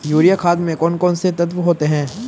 Urea खाद में कौन कौन से तत्व होते हैं?